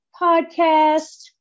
Podcast